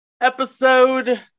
Episode